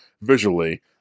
visually